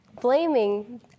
blaming